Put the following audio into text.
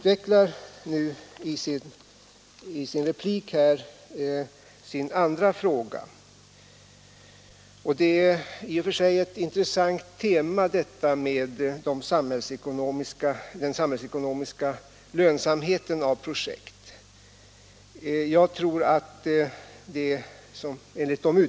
Herr Häll utvecklar sin andra fråga i repliken, och den samhällsekonomiska lönsamheten av projektet är i och för sig ett intressant tema.